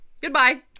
goodbye